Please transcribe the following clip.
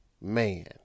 man